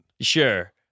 sure